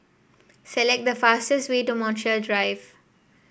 select the fastest way to Montreal Drive